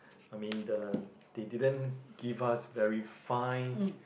I mean the they didn't give us very fine